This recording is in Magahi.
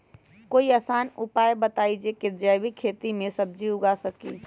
कोई आसान उपाय बताइ जे से जैविक खेती में सब्जी उगा सकीं?